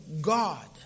God